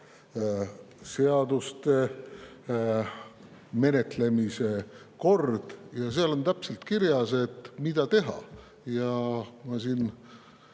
seaduste menetlemise kord, ja seal on täpselt kirjas, mida teha. Ja ma siin